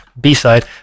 B-side